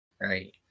right